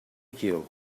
you